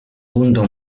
punto